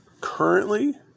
currently